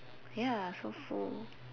ya so full